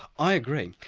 i agree.